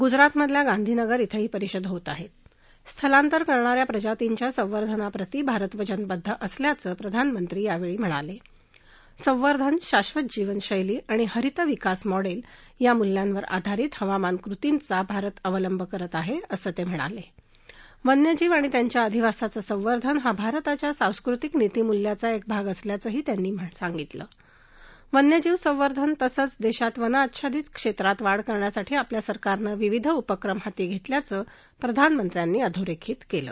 गुजरातमधल्या गांधीनगर इथं ही परिषद होत आह स्थिलातंर करणाऱ्या प्रजातीच्या संवर्धनप्रती भारत वचनबद्ध असल्याचं प्रधानमंत्री यावळी म्हणाला संवर्धन शाधात जीवन शैली आणि हरित विकास मॉडलीया मूल्यांवर आधारित हवामान कृतीचा भारत अवलंब करत आहा असं तक्विणाला विन्यजीव आणि त्यांच्या अधिवासाचं संवर्धन हा भारताच्या सांस्कृतीक नितीमूल्याचा एक भाग असल्याचं तक्किणालकेन्यजीव संवर्धन तसंच दक्षित वन अच्छादीत क्षित्ति वाढ करण्यासाठी आपल्या सरकरानं विविध उपक्रम हाती घत्तिक्याचं प्रधानमंत्र्यांनी अधोरखित कलि